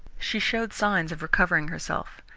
she showed signs of recovering herself.